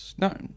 No